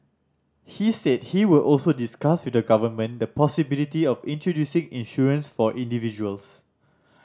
she said he would also discuss with the government the possibility of introducing insurance for individuals